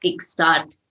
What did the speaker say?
kickstart